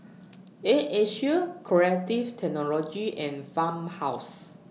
Air Asia Creative Technology and Farmhouse